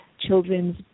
children's